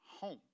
home